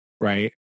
right